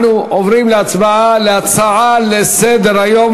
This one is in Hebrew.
אנחנו עוברים להצבעה על הצעה לסדר-היום,